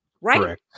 right